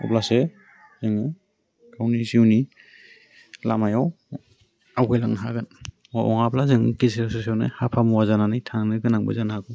अब्लासो जोङो गावनि जिउनि लामायाव आवगायलांनो हागोन नङाब्ला जों गेजेर ससेयावनो हाफा मुवा जानानै थानांनो गोनांबो जानो हागौ